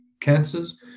cancers